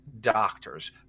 doctors